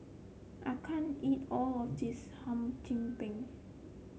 I can't eat all of this Hum Chim Peng